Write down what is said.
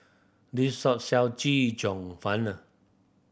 this shop sell Chee Cheong